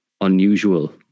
unusual